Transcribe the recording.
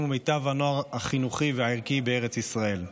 ומיטב הנוער החינוכי והערכי בארץ ישראל.